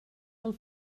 del